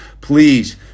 Please